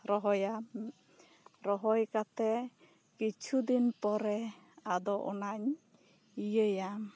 ᱨᱚᱦᱚᱭᱟ ᱨᱚᱦᱚᱭ ᱠᱟᱛᱮᱜ ᱠᱤᱪᱷᱩ ᱫᱤᱱ ᱯᱚᱨᱮ ᱟᱫᱚ ᱚᱱᱟᱧ ᱤᱭᱟᱹᱭᱟ